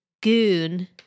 goon